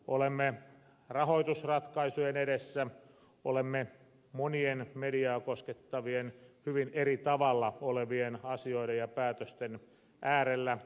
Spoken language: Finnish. olemme rahoitusratkaisujen edessä olemme monien mediaa koskettavien hyvin eri tavalla olevien asioiden ja päätösten äärellä